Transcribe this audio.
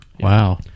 Wow